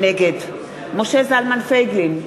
נגד משה זלמן פייגלין,